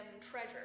treasure